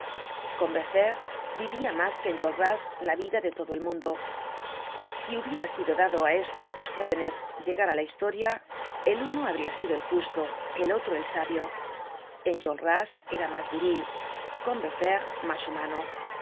combeferre vivia mas que enjolras la vida de todo el mundo si hubiera sido dado á estos dos jóvenes llegar á la historia el uno habria sido el justo el otro el sabio enjolras era mas viril combeferre mas humano homo y